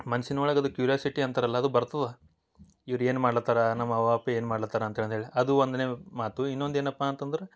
ಮನ್ಸಿನೊಳಗೆ ಅದು ಕ್ಯೂರ್ಯೋಸಿಟಿ ಅಂತಾರಲ್ವ ಅದು ಬರ್ತದೆ ಇವ್ರು ಏನು ಮಾಡ್ಲತ್ತಾರೆ ನಮ್ಮ ಅವ್ವ ಅಪ್ಪ ಏನು ಮಾಡ್ಲತ್ತಾರೆ ಅಂತ ಅಂತೇಳಿ ಅದು ಒಂದನೇ ಮಾತು ಇನ್ನೊಂದು ಏನಪ್ಪ ಅಂತಂದ್ರೆ